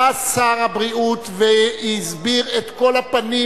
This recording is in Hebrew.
בא שר הבריאות והסביר את כל הפנים